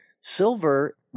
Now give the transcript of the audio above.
Silver